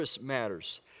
matters